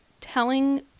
telling